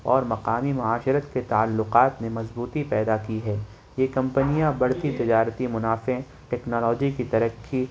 اور مقامی معاشرت کے تعلقات میں مضبوطی پیدا کی ہے یہ کمپنیاں بڑھتی تجارتی منافع ٹیکنالوجی کی ترقی